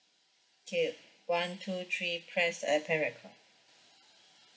okay one two three press and clap